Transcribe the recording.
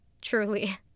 truly